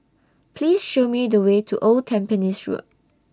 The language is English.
Please Show Me The Way to Old Tampines Road